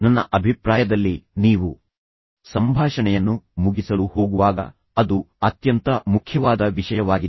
ನನ್ನ ಅಭಿಪ್ರಾಯದಲ್ಲಿ ನೀವು ಸಂಭಾಷಣೆಯನ್ನು ಮುಗಿಸಲು ಹೋಗುವಾಗ ಅದು ಅತ್ಯಂತ ಮುಖ್ಯವಾದ ವಿಷಯವಾಗಿದೆ